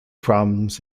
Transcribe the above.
problems